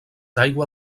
aigua